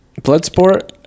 Bloodsport